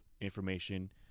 information